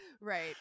Right